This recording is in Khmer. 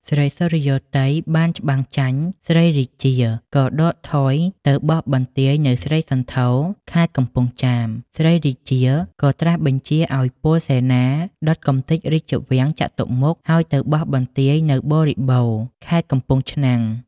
ស្រីសុរិយោទ័យ បានច្បាំងចាញ់ ស្រីរាជា ក៏ដកថយទៅបោះបន្ទាយនៅស្រីសន្ធរ ខេត្តកំពង់ចាម ស្រីរាជាក៏ត្រាសបញ្ជារឱ្យពលសេនាដុតកំទេចរាជវាំងចតុមុខ ហើយទៅបោះបន្ទាយនៅបរិបូរណ៍ ខេត្តកំពង់ឆ្នាំង។